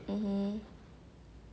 mmhmm